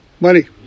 Money